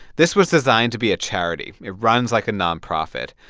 this was designed to be a charity. it runs like a nonprofit.